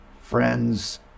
friend's